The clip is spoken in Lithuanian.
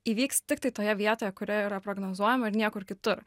įvyks tiktai toje vietoje kurioj yra prognozuojama ir niekur kitur